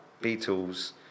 Beatles